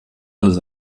alles